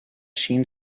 schien